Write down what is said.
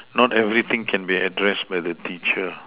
not everything can be addressed by the teacher